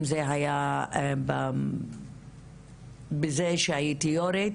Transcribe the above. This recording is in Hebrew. אם זה היה בזה שהייתי יו"רית,